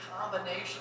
combination